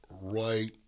Right